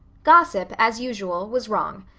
gossip, as usual, was wrong.